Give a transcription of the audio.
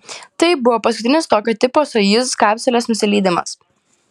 tai buvo paskutinis tokio tipo sojuz kapsulės nusileidimas